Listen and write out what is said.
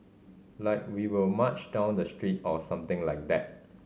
like we will march down the street or something like that